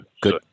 Good